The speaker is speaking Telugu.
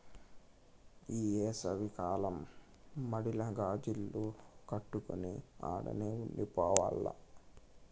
ఈ ఏసవి కాలంల మడిల గాజిల్లు కట్టుకొని ఆడనే ఉండి పోవాల్ల